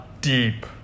deep